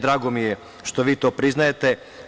Drago mi je, što vi to priznajete.